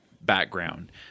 background